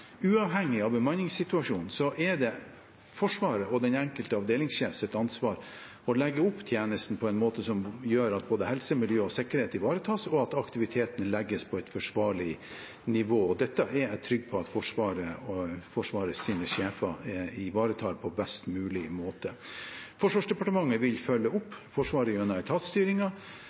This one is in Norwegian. uavhengig av bemanningssituasjonen er det Forsvaret og den enkelte avdelingssjefs ansvar å legge opp tjenesten på en måte som gjør at både helse, miljø og sikkerhet ivaretas, og at aktiviteten legges på et forsvarlig nivå. Dette er jeg trygg på at Forsvaret og Forsvarets sjefer ivaretar på best mulig måte. Forsvarsdepartementet vil følge opp Forsvaret gjennom